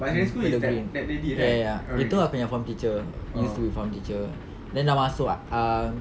mm ya ya ya itu aku nya form teacher form teacher then dah masuk ah